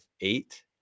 eight